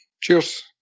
Cheers